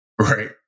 right